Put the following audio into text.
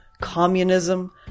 communism